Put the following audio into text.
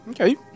Okay